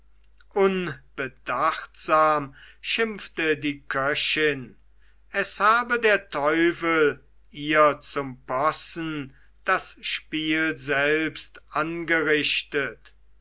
unbedachtsam schimpfte die köchin es habe der teufel ihr zum possen das spiel selbst angerichtet